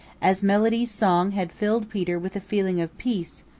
as melody's song had filled peter with a feeling of peace,